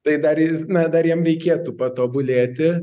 tai dar jis na dar jam reikėtų patobulėti